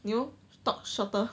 you know talk shorter